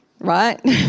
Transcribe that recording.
right